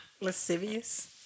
Lascivious